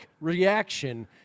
reaction